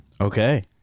okay